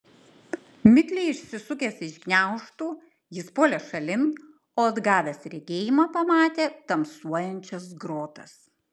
mikliai išsisukęs iš gniaužtų jis puolė šalin o atgavęs regėjimą pamatė tamsuojančias grotas